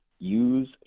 Use